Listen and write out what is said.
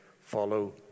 Follow